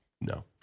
No